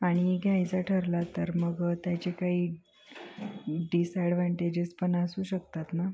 आणि घ्यायचा ठरला तर मग त्याचे काही डिसॲडव्हँटेजेस पण असू शकतात ना